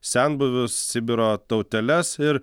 senbuvių sibiro tauteles ir